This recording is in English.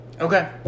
Okay